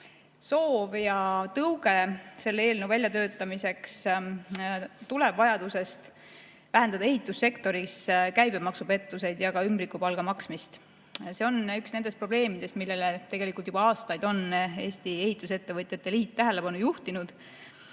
Soov ja tõuge selle eelnõu väljatöötamiseks tuleneb vajadusest vähendada ehitussektoris käibemaksupettuseid ja ümbrikupalga maksmist. See on üks nendest probleemidest, millele juba aastaid on Eesti Ehitusettevõtjate Liit tähelepanu juhtinud.